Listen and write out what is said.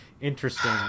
interesting